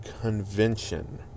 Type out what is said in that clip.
convention